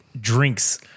drinks